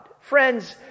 friends